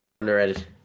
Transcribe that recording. Underrated